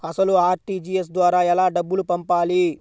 అసలు అర్.టీ.జీ.ఎస్ ద్వారా ఎలా డబ్బులు పంపాలి?